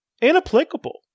inapplicable